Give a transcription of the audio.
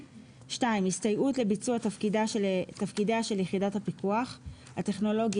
(2) הסתייעות לביצוע תפקידה של יחידת הפיקוח הטכנולוגי,